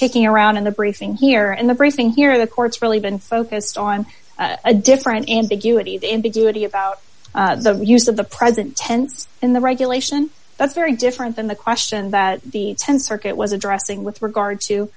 kicking around in the briefing here and the briefing here the court's really been focused on a different ambiguity the ambiguity about the use of the present tense in the regulation that's very different than the question that the th circuit was addressing with regard to